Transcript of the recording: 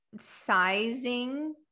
sizing